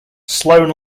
sloan